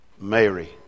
Mary